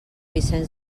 vicent